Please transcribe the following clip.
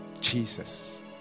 Jesus